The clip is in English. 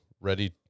ready